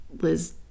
Liz